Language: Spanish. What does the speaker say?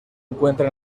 encuentra